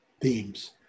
themes